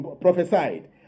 prophesied